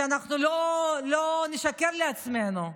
אנחנו לא נשקר לעצמנו,